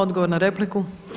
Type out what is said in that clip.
Odgovor na repliku.